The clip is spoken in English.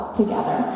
together